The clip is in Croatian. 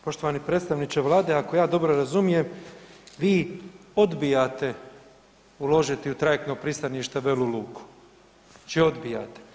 Poštovani predstavniče vlade, ako ja dobro razumijem, vi odbijate uložiti u trajektno pristanište Velu Luku, znači odbijate.